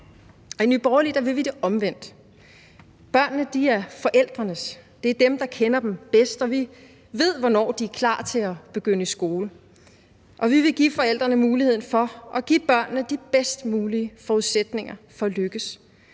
I Nye Borgerlige vil vi det omvendte. Børnene er forældrenes. Det er dem, der kender dem bedst, og vi ved, hvornår de er klar til at begynde i skole, og vi vil give forældrene muligheden for at give børnene de bedst mulige forudsætninger for at lykkes,